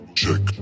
check